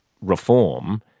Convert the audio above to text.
reform